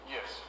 Yes